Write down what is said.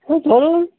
ওই ধরুন